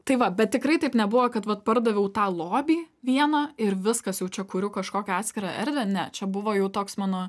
tai va bet tikrai taip nebuvo kad vat pardaviau tą lobį vieną ir viskas jau čia kuriu kažkokią atskirą erdvę ne čia buvo jau toks mano